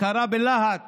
כשקרא בלהט